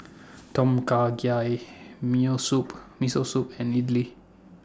Tom Kha Gai Me O Soup Miso Soup and Idili